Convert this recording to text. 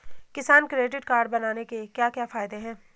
किसान credit card बनाने के क्या क्या फायदे हैं?